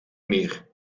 meer